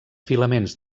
filaments